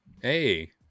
Hey